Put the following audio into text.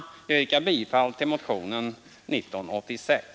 Jag yrkar bifall till motionen 1986.